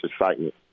excitement